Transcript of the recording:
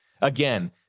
Again